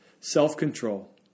self-control